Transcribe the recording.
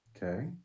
Okay